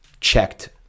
checked